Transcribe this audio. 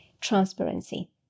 transparency